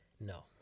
No